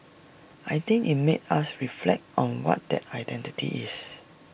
I think IT made us reflect on what that identity is